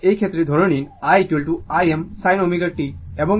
সুতরাং এই ক্ষেত্রে ধরে নিন i Im sin ω t